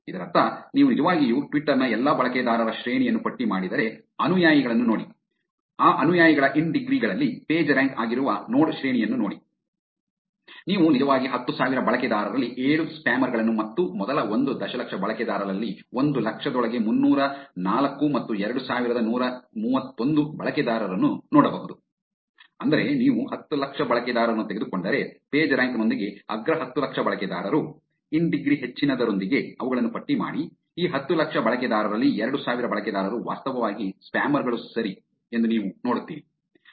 ಇದರರ್ಥ ನೀವು ನಿಜವಾಗಿಯೂ ಟ್ವಿಟರ್ ನ ಎಲ್ಲಾ ಬಳಕೆದಾರರ ಶ್ರೇಣಿಯನ್ನು ಪಟ್ಟಿ ಮಾಡಿದರೆ ಅನುಯಾಯಿಗಳನ್ನು ನೋಡಿ ಆ ಅನುಯಾಯಿಗಳ ಇನ್ ಡಿಗ್ರಿ ಗಳಲ್ಲಿ ಪೇಜ್ರ್ಯಾಂಕ್ ಆಗಿರುವ ನೋಡ್ ಶ್ರೇಣಿಯನ್ನು ನೋಡಿ ನೀವು ನಿಜವಾಗಿ ಹತ್ತು ಸಾವಿರ ಬಳಕೆದಾರರಲ್ಲಿ ಏಳು ಸ್ಪ್ಯಾಮರ್ ಗಳನ್ನು ಮತ್ತು ಮೊದಲ ಒಂದು ದಶಲಕ್ಷ ಬಳಕೆದಾರರಲ್ಲಿ ಒಂದು ಲಕ್ಷದೊಳಗೆ ಮುನ್ನೂರ ನಾಲ್ಕು ಮತ್ತು ಎರಡು ಸಾವಿರದ ನೂರ ಮೂವತ್ತೊಂದು ಬಳಕೆದಾರರನ್ನು ನೋಡಬಹುದು ಅಂದರೆ ನೀವು ಹತ್ತು ಲಕ್ಷ ಬಳಕೆದಾರರನ್ನು ತೆಗೆದುಕೊಂಡರೆ ಪೇಜ್ರ್ಯಾಂಕ್ ನೊಂದಿಗೆ ಅಗ್ರ ಹತ್ತು ಲಕ್ಷ ಬಳಕೆದಾರರು ಇನ್ ಡಿಗ್ರಿ ಹೆಚ್ಚಿನದರೊಂದಿಗೆ ಅವುಗಳನ್ನು ಪಟ್ಟಿ ಮಾಡಿ ಈ ಹತ್ತು ಲಕ್ಷ ಬಳಕೆದಾರರಲ್ಲಿ ಎರಡು ಸಾವಿರ ಬಳಕೆದಾರರು ವಾಸ್ತವವಾಗಿ ಸ್ಪ್ಯಾಮರ್ ಗಳು ಸರಿ ಎಂದು ನೀವು ನೋಡುತ್ತೀರಿ